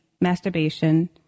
masturbation